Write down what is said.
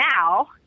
now